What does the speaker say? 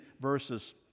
verses